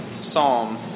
psalm